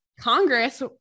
Congress